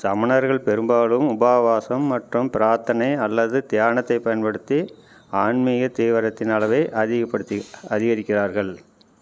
சமணர்கள் பெரும்பாலும் உபாவாசம் மற்றும் பிரார்த்தனை அல்லது தியானத்தைப் பயன்படுத்தி ஆன்மீக தீவிரத்தின் அளவை அதிகப்படுத்தி அதிகரிக்கிறார்கள்